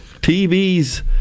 TVs